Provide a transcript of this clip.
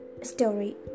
story